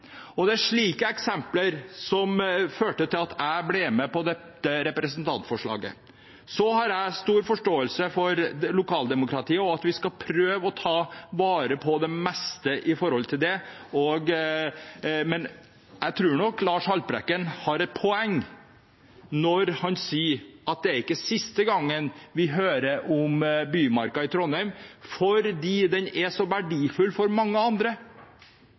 inne i Bymarka. Slike eksempler førte til at jeg ble med på dette representantforslaget. Jeg har stor forståelse for lokaldemokratiet, og vi skal prøve å ta vare på det, men jeg tror Lars Haltbrekken har et poeng når han sier at det ikke er siste gangen vi hører om Bymarka i Trondheim, for den er så verdifull for mange. Den kommer under press fordi det er verdifulle områder for boligbygging, for deponier, for alpine anlegg eller for andre